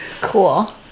Cool